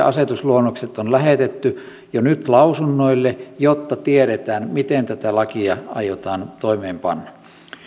asetusluonnokset on lähetetty jo nyt lausunnoille jotta tiedetään miten tätä lakia aiotaan toimeenpanna